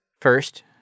First